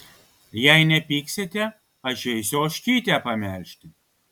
jei nepyksite aš eisiu ožkytę pamelžti